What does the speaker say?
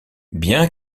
bien